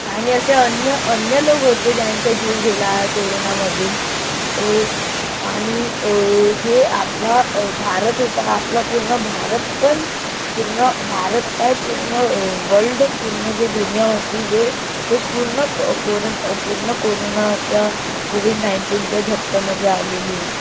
आणि असे अन्य अन्य लोग होते ज्यांचा जीव गेला कोरोनामदीन आणि जे आपला भारत होता आपला पूर्ण भारतपण पूर्ण भारत काय पूर्ण वर्ल्ड पूर्ण जे दुनिया होती जे ते पूर्ण क कोरंट् पूर्ण कोरोनाच्या कोव्हिड नाईंटीनच्या झपट्यामदी आलेली होती